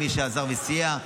ומי שעזר וסייע.